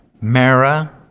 Mara